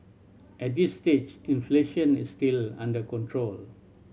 at this stage inflation is still under control